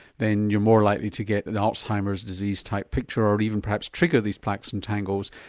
then you're more likely to get an alzheimer's disease type picture or even perhaps trigger these plaques and tangles,